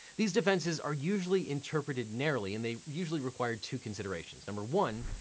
these defenses are usually interpreted narrowly, and they usually require two considerations. number one,